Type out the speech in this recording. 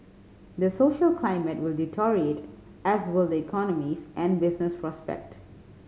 the social climate will deteriorate as will the economies and business prospect